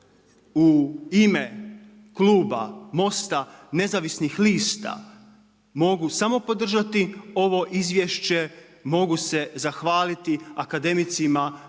u ime kluba MOST-a nezavisnih lista mogu samo podržati ovo izvješće, mogu se zahvaliti akademicima